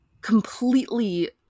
completely